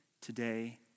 today